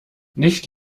nicht